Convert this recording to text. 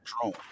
drone